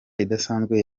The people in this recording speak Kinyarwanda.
idasanzwe